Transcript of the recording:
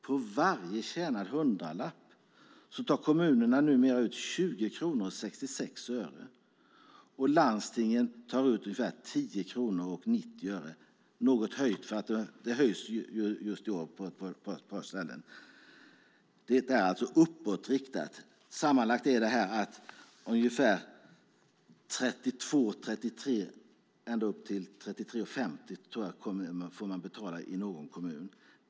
På varje tjänad hundralapp tar kommunerna numera ut 20:66 kronor, och landstingen tar ut ungefär 10:90 kronor, något höjt, för skatterna höjs just i år på ett par ställen. Det är alltså uppåtriktat. Sammanlagt är det ungefär 32 eller 33 kronor, ända upp till 33:50 kronor, som man får betala i någon kommun.